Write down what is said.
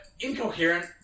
incoherent